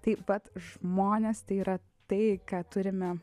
taip pat žmonės tai yra tai ką turime